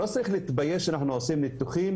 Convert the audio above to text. לא צריך להתבייש בזה שאנחנו עושים ניתוחים.